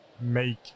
make